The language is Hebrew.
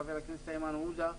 חבר הכנסת איימן עודה,